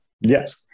yes